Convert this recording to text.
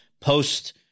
post